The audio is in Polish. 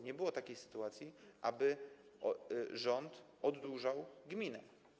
Nie było takiej sytuacji, aby rząd oddłużał gminę.